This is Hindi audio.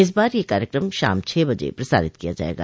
इस बार यह कार्यक्रम शाम छह बजे प्रसारित किया जाएगा